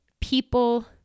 people